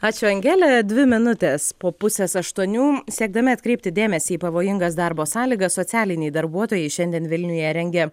ačiū angele dvi minutės po pusės aštuonių siekdami atkreipti dėmesį į pavojingas darbo sąlygas socialiniai darbuotojai šiandien vilniuje rengia